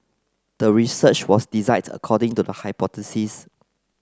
the research was designed according to the hypothesis